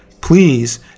please